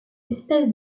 espèces